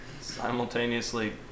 simultaneously